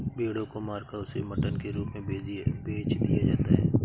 भेड़ों को मारकर उसे मटन के रूप में बेच दिया जाता है